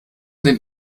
den